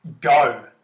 go